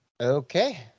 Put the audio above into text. Okay